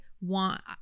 want